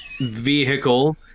vehicle